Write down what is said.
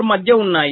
4 మధ్య ఉన్నాయి